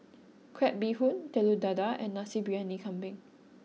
Crab Bee Hoon Telur Dadah and Nasi Briyani Kambing